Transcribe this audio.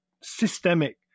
systemic